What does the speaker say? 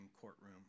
courtroom